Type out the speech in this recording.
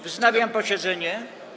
Wznawiam posiedzenie.